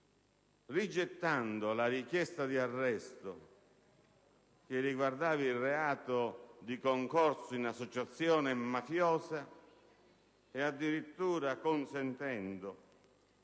rigettando la richiesta di arresto che riguardava il reato di concorso in associazione mafiosa e addirittura consentendo